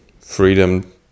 freedom